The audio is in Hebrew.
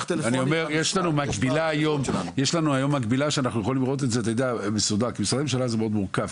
יש לנו היום מקבילה שאנחנו יכולים לראות כי היום משרדי ממשלה זה מורכב,